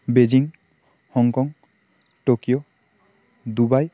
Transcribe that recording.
Beijing Hong Kong Tokyo Dubai